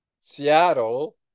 Seattle